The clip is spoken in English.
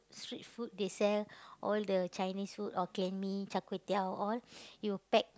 street food they sell all the Chinese food Hokkien-Mee char-kway-teow all you pack